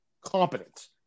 competent